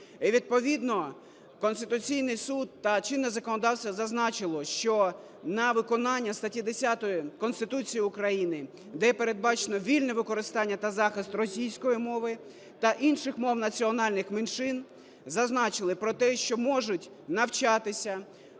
відповідно Конституційний Суд та чинне законодавство зазначило, що на виконання статті 10 Конституції України, де передбачено вільне використання та захист російської мови та інших мов національних меншин, зазначили про те, що можуть навчатися,